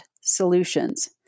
Solutions